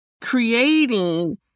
creating